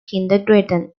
kindergarten